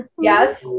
Yes